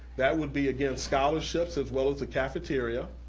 that would be again scholarships as well as the cafeteria,